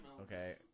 Okay